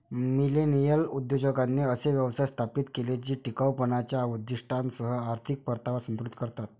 millennial उद्योजकांनी असे व्यवसाय स्थापित केले जे टिकाऊपणाच्या उद्दीष्टांसह आर्थिक परतावा संतुलित करतात